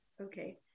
okay